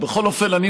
בכל אופן, אני